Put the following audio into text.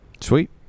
Sweet